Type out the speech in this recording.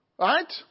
Right